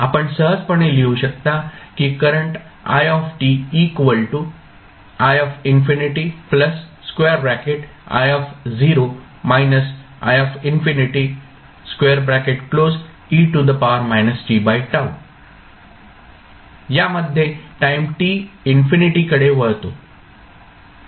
आपण सहजपणे लिहू शकता की करंट या मध्ये टाईम t इन्फिनिटीकडे वळतो